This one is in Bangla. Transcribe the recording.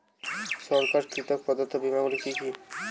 সরকার কর্তৃক প্রদত্ত বিমা গুলি কি কি?